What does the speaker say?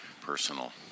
personal